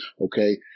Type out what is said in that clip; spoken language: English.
okay